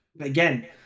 Again